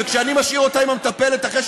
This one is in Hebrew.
שעליהם ראש הממשלה מדבר כל הזמן,